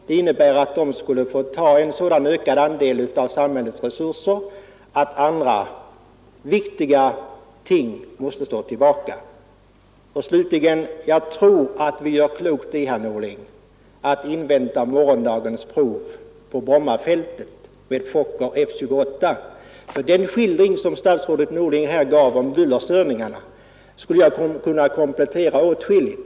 Det innebär att de skulle få ta en sådan ökad andel av samhällets resurser att andra viktiga ting måste stå tillbaka. Slutligen tror jag, herr Norling, att vi gör klokt i att invänta morgondagens prov på Brommafältet med Fokker F-28. Den skildring som statsrådet Norling här gav av bullerstörningarna skulle jag kunna komplettera åtskilligt.